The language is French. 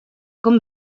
comme